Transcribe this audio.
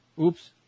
Oops